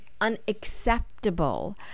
unacceptable